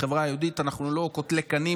בחברה היהודית אנחנו לא קוטלי קנים,